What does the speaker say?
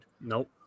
Nope